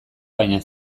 baina